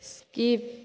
skip